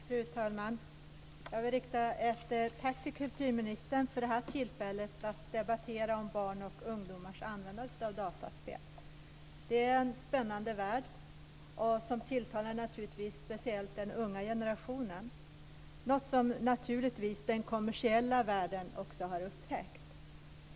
Fru talman! Jag vill rikta ett tack till kulturministern för det här tillfället att debattera om barns och ungdomars användning av dataspel. Det är en spännande värld som naturligtvis speciellt tilltalar den unga generationen, något som den kommersiella världen också har upptäckt.